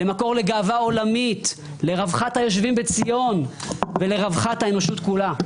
ולמקור לגאווה עולמית לרווחת היושבים בציון ולרווחת והאנושות כולו.